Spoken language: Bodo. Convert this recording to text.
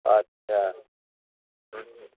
आत्सा